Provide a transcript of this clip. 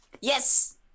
Yes